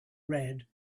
red